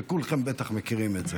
וכולכם בטח מכירים את זה.